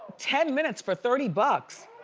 ten minutes for thirty bucks.